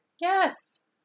Yes